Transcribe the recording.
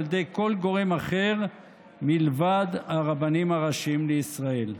ידי כל גורם אחר מלבד הרבנים הראשיים לישראל".